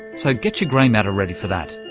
so get your grey matter ready for that.